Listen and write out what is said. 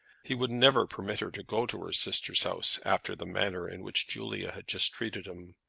he would never permit her to go to her sister's house after the manner in which julia had just treated him!